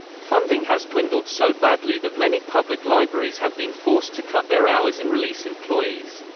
funding has dwindled so badly that many public libraries have been forced to cut their hours and release employees.